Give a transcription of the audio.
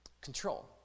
Control